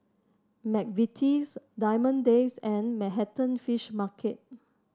McVitie's Diamond Days and Manhattan Fish Market